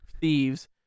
thieves